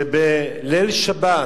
שבליל שבת